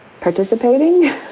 participating